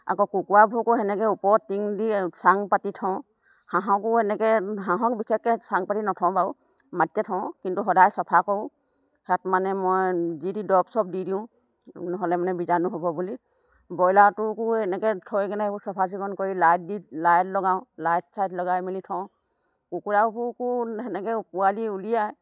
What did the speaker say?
আকৌ কুকুৰাবোৰকো সেনেকৈ ওপৰত টিং দি চাং পাতি থওঁ হাঁহকো এনেকৈ হাঁহক বিশেষকৈ চাং পাতি নথওঁ বাৰু মাটিতে থওঁ কিন্তু সদায় চফা কৰোঁ তাত মানে মই যি তি দৰৱ চৰৱ দি দিওঁ নহ'লে মানে বিজাণু হ'ব বুলি ব্ৰইলাৰটোকো এনেকৈ থৈ কিনে এইবোৰ চফাচিকুণ কৰি লাইট দি লাইট লগাওঁ লাইট ছাইট লগাই মেলি থওঁ কুকুৰাবোৰকো সেনেকৈ পোৱালি উলিয়াই